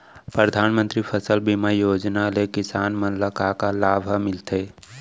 परधानमंतरी फसल बीमा योजना ले किसान मन ला का का लाभ ह मिलथे?